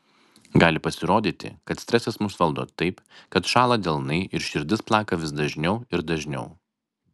gali pasirodyti kad stresas mus valdo taip kad šąla delnai ir širdis plaka vis dažniau ir dažniau